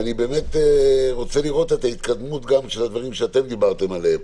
אני רוצה לראות את ההתקדמות גם את הדברים שאתם דיברתם עליהם,